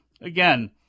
again